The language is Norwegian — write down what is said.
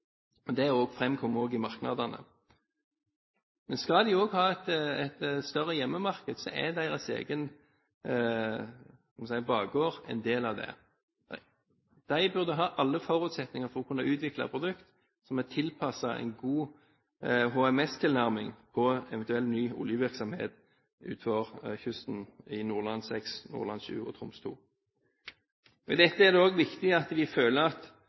videreutvikle. Det fremkommer også i merknadene. Men skal de også ha et større hjemmemarked, så er deres egen bakgård en del av det. De burde ha alle forutsetninger for å kunne utvikle et produkt som er tilpasset en god HMS-tilnærming til eventuell ny oljevirksomhet utenfor kysten i Nordland VI, Nordland VII og Troms II. Men det er også viktig at de føler at